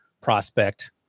prospect